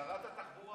שרת התחבורה,